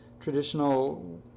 traditional